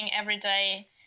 everyday